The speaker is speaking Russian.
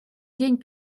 день